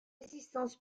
résistance